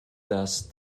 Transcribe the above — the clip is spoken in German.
dass